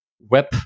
web